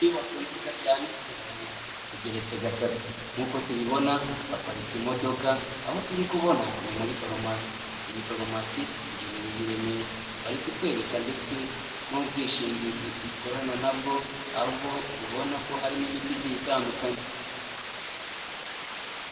Inyubako nziza cyane, ivuriro, igeretse gatatu, nk'uko tubibona haparitse imodoka aho turi kubona ni muri farumasi. Iyi farumasi iherereye i Remera, bari kutwereka ndetse n'ubwishingizi ikorana nabwo aho tubona ko harimo imiti igiye itandukanye.